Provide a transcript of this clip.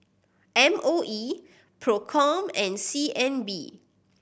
M O E Procom and C N B